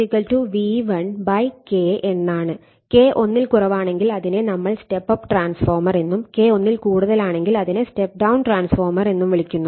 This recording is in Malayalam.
K ഒന്നിൽ കുറവാണെങ്കിൽ അതിനെ നമ്മൾ സ്റ്റെപ്പ് അപ്പ് ട്രാൻസ്ഫോർമർ എന്നും K ഒന്നിൽ കൂടുതലാണെങ്കിൽ അതിനെ സ്റ്റെപ്പ് ഡൌൺ ട്രാൻസ്ഫോർമർ എന്നും വിളിക്കുന്നു